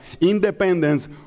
independence